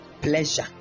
pleasure